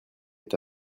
est